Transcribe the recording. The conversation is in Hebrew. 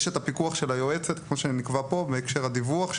יש את הפיקוח של היועצת כמו שנקבע כאן בהקשר לדיווח,